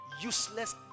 Useless